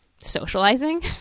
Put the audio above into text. socializing